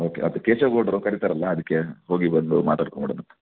okay ಅದು ಕೇಶವ ಗೌಡರು ಕರಿತಾರಲ್ಲ ಅದಕ್ಕೆ ಹೋಗಿ ಬಂದು ಮಾತಾಡ್ಕೊಂಡು ಬಿಡೋದು